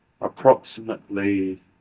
approximately